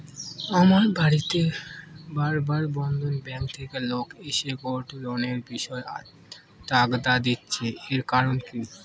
আমার বাড়িতে বার বার বন্ধন ব্যাংক থেকে লোক এসে গোল্ড লোনের বিষয়ে তাগাদা দিচ্ছে এর কারণ কি?